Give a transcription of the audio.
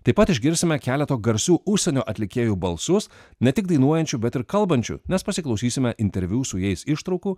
taip pat išgirsime keleto garsių užsienio atlikėjų balsus ne tik dainuojančių bet ir kalbančių nes pasiklausysime interviu su jais ištraukų